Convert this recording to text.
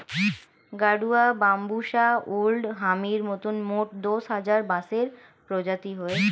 গাডুয়া, বাম্বুষা ওল্ড হামির মতন মোট দশ হাজার বাঁশের প্রজাতি হয়